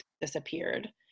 disappeared